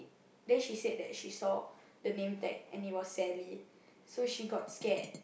then she said that she saw the name tag and it was sally so she got scared